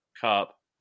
Cup